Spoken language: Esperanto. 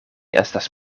estas